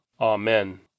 Amen